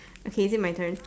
okay is it my turn